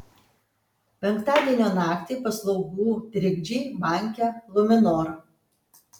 penktadienio naktį paslaugų trikdžiai banke luminor